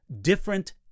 different